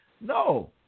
No